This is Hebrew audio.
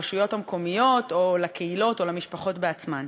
לרשויות המקומיות או לקהילות או למשפחות בעצמן.